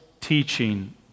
teaching